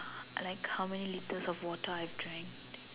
like how many litres of water I drink